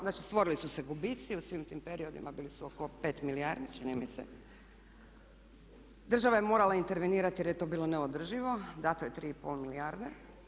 Znači stvorili su se gubici u svim tim periodima bili su oko 5 milijardi čini mi se, država je morala intervenirati jer je to bilo neodrživo, dato je 3,5 milijarde.